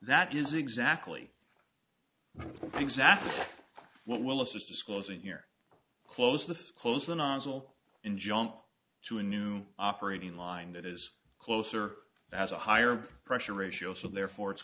that is exactly exactly what will assist disclosing here close to close the nozzle in jump to a new operating line that is closer as a higher pressure ratio so therefore it's